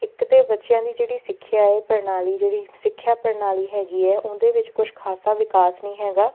ਇੱਕ ਤੇ ਬੱਚਿਆਂ ਦੀ ਜਿਹੜੀ ਸਿੱਖਿਆ ਹੈ ਪ੍ਰਣਾਲੀ ਜਿਹੜੀ ਸਿੱਖਿਆ ਪ੍ਰਣਾਲੀ ਹੈਗੀ ਹੈ ਉਹਦੇ ਵਿੱਚ ਕੁਛ ਖ਼ਾਸਾ ਵਿਕਾਸ ਨਹੀਂ ਹੈਗਾ